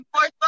more